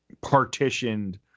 partitioned